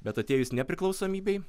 bet atėjus nepriklausomybei